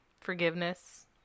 Forgiveness